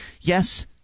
Yes